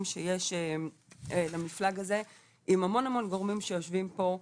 שיש למפלג הזה עם המון המון גורמים שיושבים פה,